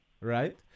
right